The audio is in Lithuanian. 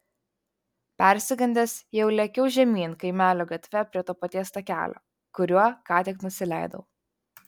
persigandęs jau lėkiau žemyn kaimelio gatve prie to paties takelio kuriuo ką tik nusileidau